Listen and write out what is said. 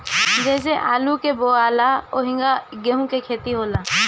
जइसे आलू बोआला ओहिंगा एहू के खेती होला